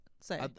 say